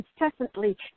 incessantly